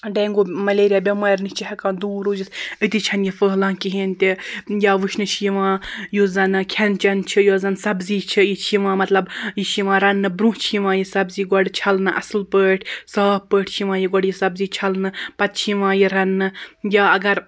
dengue malaria بٮ۪مارِ نِش چھِ ہیٚکان دور روٗزِتھ أتی چھَنہٕ یہِ پھٔہلان کِہینۍ تہِ یا وُچھنہٕ چھُ یِوان یُس زَن کھیٚن چیٚن چھُ یۄس زَن سبزی چھِ یہِ چھِ یِوان مطلب یہِ چھِ یِوان رَننہٕ برۄنٛہہ چھِ یِوان یہِ سبزی گۄڈٕ چھلنہٕ اصٕل پٲٹھۍ صاف پٲٹھۍ چھِ یِوان یہِ گۄڈٕ یہِ سبزی چھلنہٕ پَتہٕ چھِ یِوان یہِ رَننہٕ یا اگر